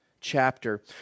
chapter